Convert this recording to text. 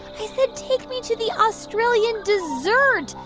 i said take me to the australian dessert,